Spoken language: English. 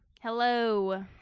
Hello